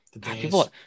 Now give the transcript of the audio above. people